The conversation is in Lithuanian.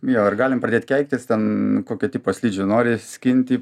jo ar galime pradėti keiktis ten kokio tipo slidžiu nori skinti